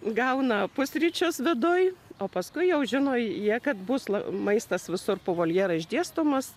gauna pusryčius viduj o paskui jau žino jie kad bus la maistas visur po voljerą išdėstomas